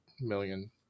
million